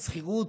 השכירות,